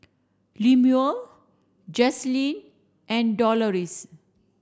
Lemuel Jaslene and Doloris